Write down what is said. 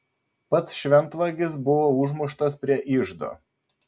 pats šventvagis buvo užmuštas prie iždo